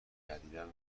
جدیدا